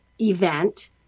event